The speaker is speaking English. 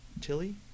Tilly